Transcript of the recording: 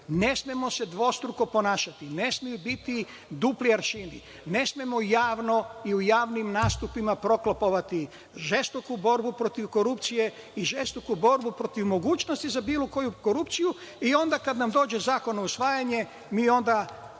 Ne smemo se dvostruko ponašati, ne smeju biti dupli aršini, ne smemo javno i u javnim nastupima proklamovati žestoku borbu protiv korupcije i žestoku borbu protiv mogućnosti za bilo koju korupciju i onda kada dođe zakon na usvajanje da onda